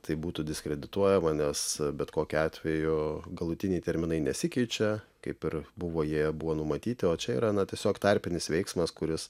tai būtų diskredituojama nes bet kokiu atveju galutiniai terminai nesikeičia kaip ir buvo jie buvo numatyti o čia yra na tiesiog tarpinis veiksmas kuris